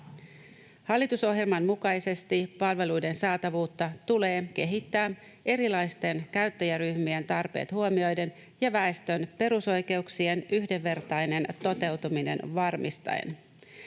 Hallitusohjelman mukaisesti palveluiden saatavuutta tulee kehittää erilaisten käyttäjäryhmien tarpeet huomioiden ja väestön perusoikeuksien yhdenvertainen toteutuminen varmistaen.